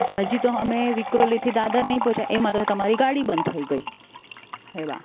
હજી તો અમે વિક્રોલીથી દાદર નથી પહોંચ્યાં ને એમાં તમારે ગાડી બંધ થઈ ગઈ એવા